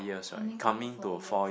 coming to be four years